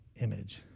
image